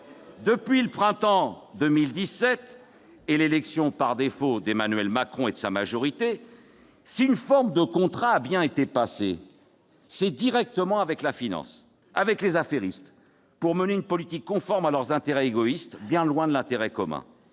Depuis le printemps 2017 et l'élection par défaut d'Emmanuel Macron et de sa majorité, si une forme de contrat a bien été passée, c'est directement avec la finance, avec les affairistes, pour mener une politique conforme à leurs intérêts égoïstes, bien loin de l'intérêt commun.